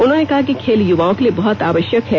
उन्होंने कहा कि खेल युवाओं के लिए बहुत आवश्यक है